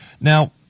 Now